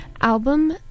album